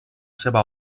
seva